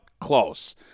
close